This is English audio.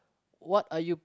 what are you